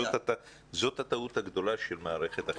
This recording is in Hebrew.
זאת הטעות הגדולה של מערכת החינוך.